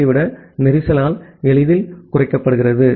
பியை விட கஞ்சேஸ்ன் எளிதில் குறைக்கப்படுகிறது